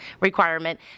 requirement